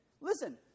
Listen